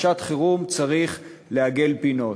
בשעת-חירום צריך לעגל פינות.